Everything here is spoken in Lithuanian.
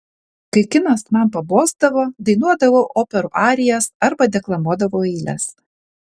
kai kinas man pabosdavo dainuodavau operų arijas arba deklamuodavau eiles